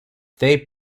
they